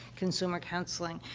consumer counseling.